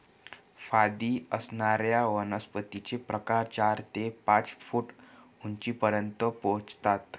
फांदी असणाऱ्या वनस्पतींचे प्रकार चार ते पाच फूट उंचीपर्यंत पोहोचतात